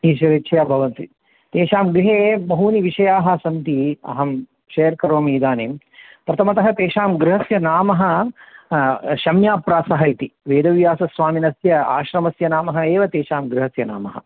तेषु इच्छया भवन्ति तेषां गृहे बहूनि विषयाः सन्ति अहं शेर् करोमि इदानीं प्रथमतः तेषां गृहस्य नाम शम्याप्रासः इति वेदव्यासस्वामिनस्य आश्रमस्य नाम एव तेषां गृहस्य नाम